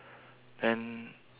then